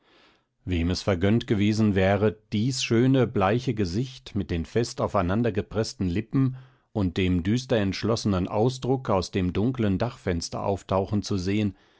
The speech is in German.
wem es vergönnt gewesen wäre dies schöne bleiche gesicht mit den fest aufeinandergepreßten lippen und dem düster entschlossenen ausdruck aus dem dunklen dachfenster auftauchen zu sehen